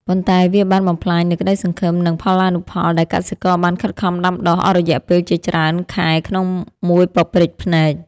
ប៉ុន្តែវាបានបំផ្លាញនូវក្ដីសង្ឃឹម និងផល្លានុផលដែលកសិករបានខិតខំដាំដុះអស់រយៈពេលជាច្រើនខែក្នុងមួយប៉ព្រិចភ្នែក។